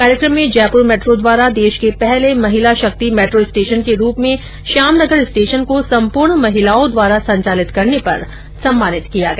कार्यक्रम में जयपुर मेर्ट्रो द्वारा देश के पहले महिला शक्ति मेट्रो स्टेशन के रूप में श्याम नगर स्टेशन को सम्पूर्ण महिलाओं द्वारा संचालित करने पर सम्मानित किया गया